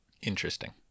Interesting